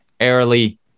early